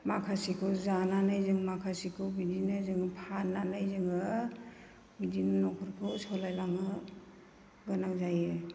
माखासे जानानै जों माखासेखौ बिदिनो जों फाननानै जोङो बिदिनो न'खरखौ सालायलांनो गोनां जायो